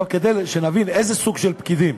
עכשיו, כדי שנבין איזה סוג של פקידים